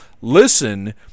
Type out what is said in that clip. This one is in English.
listen